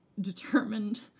determined